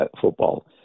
football